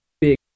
big